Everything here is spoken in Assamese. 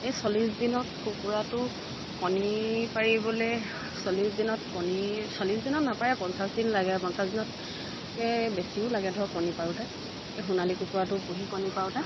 সেই চল্লিছ দিনত কুকুৰাটো কণী পাৰিবলৈ চল্লিছ দিনত কণী চল্লিছ দিনত নাপাৰে পঞ্চাছ দিন লাগে পঞ্চাছ দিনতকৈ বেছিও লাগে ধৰক কণী পাৰোঁতে এই সোণালী কুকুৰাটো পুহি কণী পাৰোঁতে